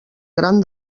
gran